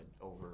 over